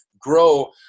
grow